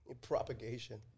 propagation